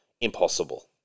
impossible